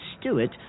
Stewart